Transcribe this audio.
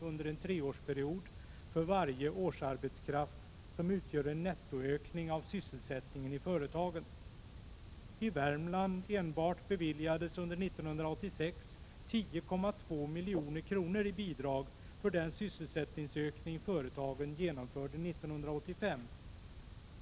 under en treårsperiod för varje årsarbetskraft som utgör en nettoökning av sysselsättningen i företagen. Enbart i Värmland beviljades under 1986 10,2 milj.kr. i bidrag för den sysselsättningsökning företagen genomförde 1985.